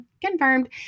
confirmed